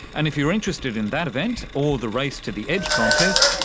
and if you're interested in that event or the race to the edge contest,